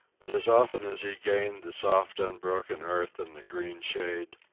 but as often as he gained the soft unbroken earth and the green shade,